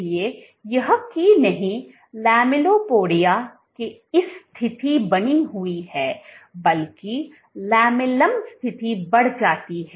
इसलिए यह कि नहीं लामेल्ला और lamellipodia के इस स्थिति बनी हुई है बल्कि lamellum स्थिति बढ़ जाती है